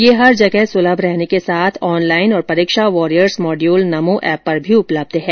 यह हर जगह सुलभ रहने के साथ ऑनलाइन और परीक्षा वारियर्स मॉड्यूल नमो ऐप पर भी उपलब्ध है